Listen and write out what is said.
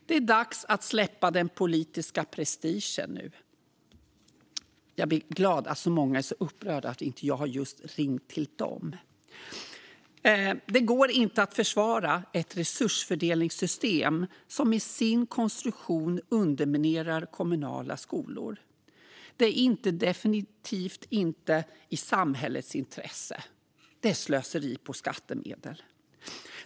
Det är nu dags att släppa den politiska prestigen. Jag är glad att så många är upprörda över att jag inte har ringt till just dem. Det går inte att försvara ett resursfördelningssystem som i sin konstruktion underminerar kommunala skolor. Det är definitivt inte i samhällets intresse. Det är slöseri med skattemedel.